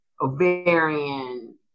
ovarian